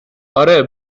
اره